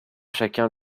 chacun